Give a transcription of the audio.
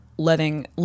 Letting